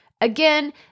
Again